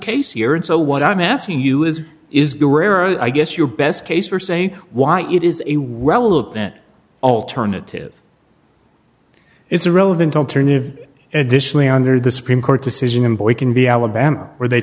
case here and so what i'm asking you is is i guess your best case for saying why it is a well open alternative is a relevant alternative additionally under the supreme court decision and boy can be alabama where they